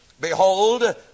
Behold